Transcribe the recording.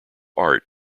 art